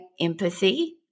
empathy